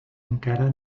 encara